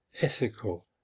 ethical